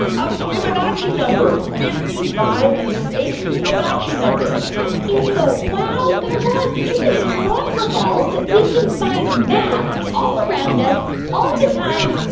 a fibonacci number fifty five is a fibonacci number what in the wow? guy raz, it bonkerballs that we can find math all around us all the time,